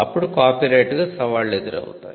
అప్పుడు కాపీరైట్కు సవాళ్లు ఎదురవుతాయి